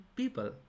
people